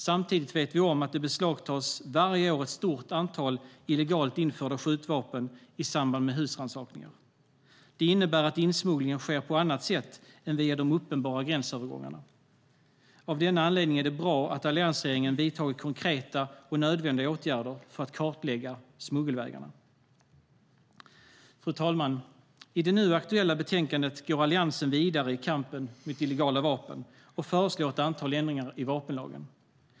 Samtidigt vet vi om att det i samband med husrannsakningar beslagtas ett stort antal illegalt införda skjutvapen varje år. Det innebär att insmugglingen sker på annat sätt än via de uppenbara gränsövergångarna. Av denna anledning är det bra att alliansregeringen har vidtagit konkreta och nödvändiga åtgärder för att kartlägga smuggelvägarna. Fru talman! I det nu aktuella betänkandet går Alliansen vidare i kampen mot illegala vapen och föreslår ett antal ändringar i vapenlagen.